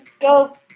go